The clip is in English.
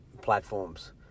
platforms